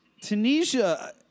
Tunisia